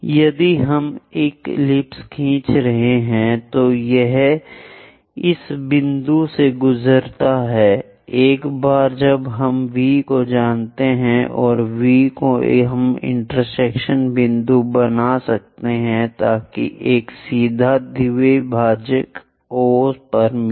यदि हम एक एलिप्स खींच रहे हैं तो यह इस बिंदु से गुजरता है एक बार जब हम V को जानते हैं और V को हम इंटरसेक्शन बिंदु बना सकते हैं ताकि एक सीधा द्विभाजक O पर मिले